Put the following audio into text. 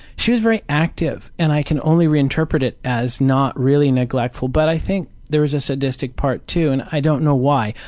she was very active. and i can only reinterpret it as not really neglectful. but i think there's a sadistic part too and i don't know why.